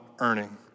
earning